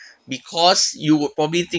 because you would probably think